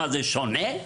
זה שונה?".